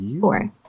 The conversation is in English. Four